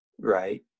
right